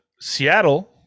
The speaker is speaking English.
seattle